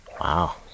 wow